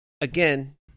again